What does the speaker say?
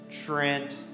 Trent